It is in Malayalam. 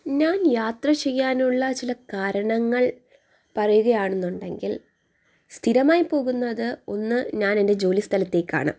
ഞാൻ യാത്ര ചെയ്യാനുള്ള ചില കാരണങ്ങൾ പറയുകയാണെന്നുണ്ടെങ്കിൽ സ്ഥിരമായി പോകുന്നത് ഒന്ന് ഞാൻ എൻ്റെ ജോലി സ്ഥലത്തേക്കാണ്